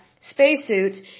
spacesuits